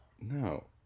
no